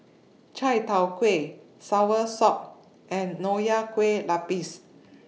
Chai Tow Kway Soursop and Nonya Kueh Lapis